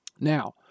Now